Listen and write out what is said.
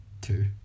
two